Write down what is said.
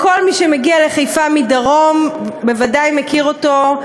כל מי שמגיע לחיפה מדרום בוודאי מכיר אותו,